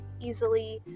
easily